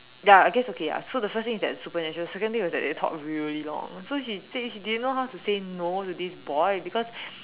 ya I guess okay ya so the first thing is that supernatural second thing was that they talked really long so she so she didn't know how to say no to this boy because